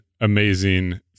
amazing